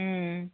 हूं